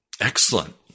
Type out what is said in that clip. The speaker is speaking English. excellent